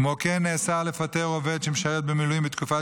כמו כן נאסר לפטר עובד שמשרת במילואים בתקופת